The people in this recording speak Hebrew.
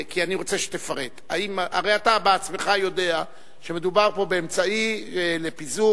כי אני רוצה שתפרט: הרי אתה עצמך יודע שמדובר פה באמצעי לפיזור,